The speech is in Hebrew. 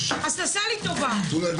אז תרפה.